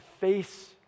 face